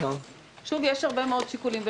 יש הרבה מאוד שיקולים.